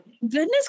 goodness